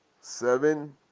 seven